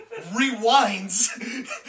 rewinds